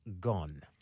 gone